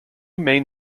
main